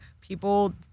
people